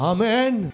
Amen